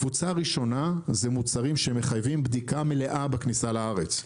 קבוצה ראשונה מוצרים שמחייבים בדיקה מלאה בכניסה לארץ.